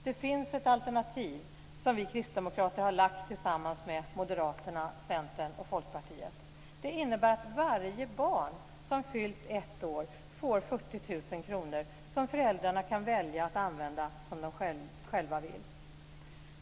Det finns ett alternativ som vi kristdemokrater har lagt fram tillsammans med Moderaterna, Centern och Folkpartiet. Det innebär att varje barn som fyllt ett år får 40 000 kr som föräldrarna kan välja att använda som de själva vill.